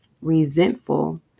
resentful